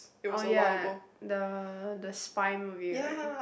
oh ya the the spy movie right